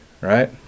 right